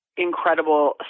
incredible